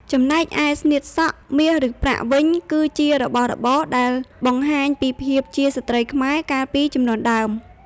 ចំណែកឯ ស្នៀតសក់ មាសឬប្រាក់ វិញ គឺជារបស់របរដែល បង្ហាញពីភាពជាស្ត្រីខ្មែរ កាលពីជំនាន់ដើម។